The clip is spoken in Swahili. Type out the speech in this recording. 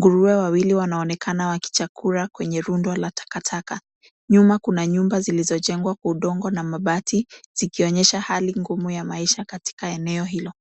Nguruwe wawili wanaonekana wakichakura kwenye rundo la takataka. Nyuma kuna nyumba zilizojengwa kwa udongo na mabati zikionyesha hali ngumu ya maisha katika eneo hilo.